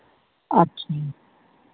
अच्छा